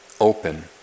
open